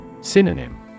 Synonym